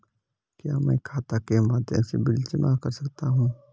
क्या मैं खाता के माध्यम से बिल जमा कर सकता हूँ?